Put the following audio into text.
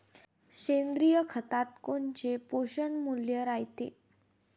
सेंद्रिय खतात कोनचे पोषनमूल्य रायते?